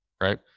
right